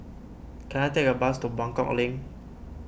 can I take a bus to Buangkok Link